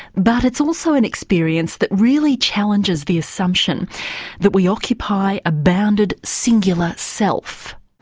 but it's also an experience that really challenges the assumption that we occupy a bounded, singular self.